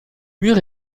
mur